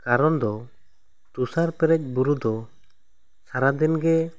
ᱠᱟᱨᱚᱱ ᱫᱚ ᱛᱩᱥᱟᱨ ᱯᱮᱨᱮᱡ ᱵᱩᱨᱩ ᱫᱚ ᱥᱟᱨᱟ ᱫᱤᱱ ᱜᱮ